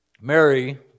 Mary